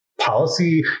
policy